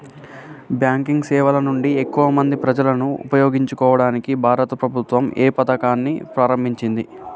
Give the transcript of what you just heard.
Banking సేవల నుండి ఎక్కువ మంది ప్రజలను ఉపయోగించుకోవడానికి భారత ప్రభుత్వం ఏ పథకాన్ని ప్రారంభించింది?